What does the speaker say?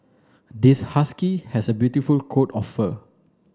this husky has a beautiful coat of fur